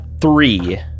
three